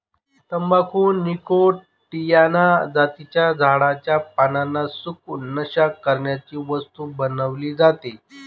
तंबाखू निकॉटीयाना जातीच्या झाडाच्या पानांना सुकवून, नशा करण्याची वस्तू बनवली जाते